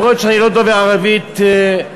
אף-על-פי שאני לא דובר ערבית רהוטה.